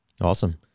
Awesome